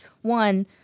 one